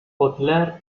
baudelaire